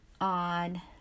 on